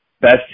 best